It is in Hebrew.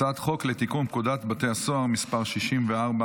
הצעת חוק לתיקון פקודת בתי הסוהר (מס' 64,